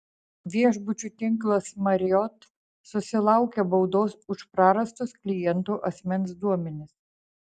viešbučių tinklas marriott susilaukė baudos už prarastus klientų asmens duomenis